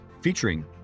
featuring